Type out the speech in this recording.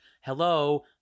Hello